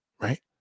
right